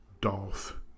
Dolph